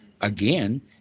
again